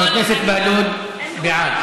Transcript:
חבר הכנסת בהלול בעד.